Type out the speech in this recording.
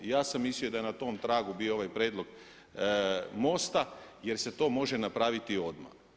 Ja sam mislio da je na tom tragu bio ovaj prijedlog MOST-a jer se to može napraviti odmah.